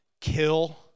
kill